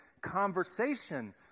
Conversation